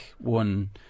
one